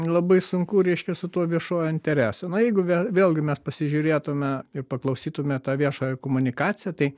labai sunku reiškia su tuo viešuoju interesu na jeigu vėl vėlgi mes pasižiūrėtume ir paklausytume tą viešąją komunikaciją tai